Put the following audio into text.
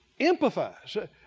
empathize